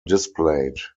displayed